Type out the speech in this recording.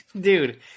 Dude